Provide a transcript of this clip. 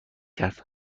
کرد